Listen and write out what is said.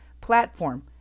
platform